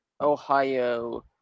Ohio